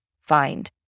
find